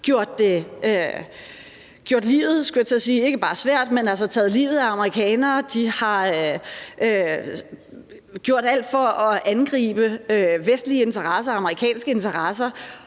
for amerikanere, men altså taget livet af amerikanere. De har gjort alt for at angribe vestlige interesser og amerikanske interesser.